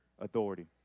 authority